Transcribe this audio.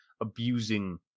abusing